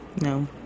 No